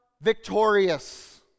victorious